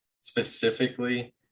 specifically